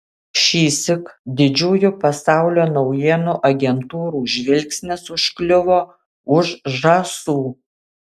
šįsyk didžiųjų pasaulio naujienų agentūrų žvilgsnis užkliuvo už žąsų